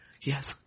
yes